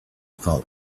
called